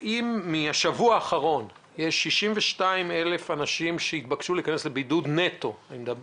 אם בשבוע האחרון יש 62,000 אנשים שהתבקשו להיכנס לבידוד אלה